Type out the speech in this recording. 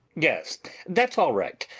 yes, that's all right.